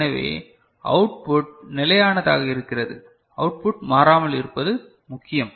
எனவே அவுட்புட் நிலையானதாக இருக்கிறது அவுட்புட் மாறாமல் இருப்பது முக்கியம்